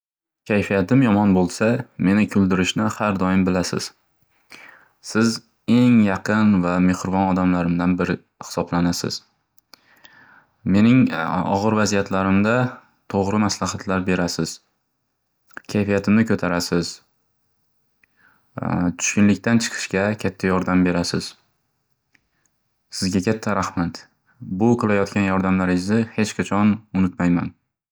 Kayfiyatim yomon bo'lsa, meni kuldurishni hardoim bilasiz. Siz eng yaqin va mehribon odamlarimdan biri hisoblanasiz. Mening og'ir vaziyatlarimda tog'ri masalahatlar berasiz. Kayfiyatimni ko'tarasiz. Tushkunlikdan chiqishga katta yordam berasiz. Sizga katta rahmat. Bu qilayotgan yordamlarizzi hech qachon unutmayman.